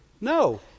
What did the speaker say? No